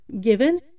given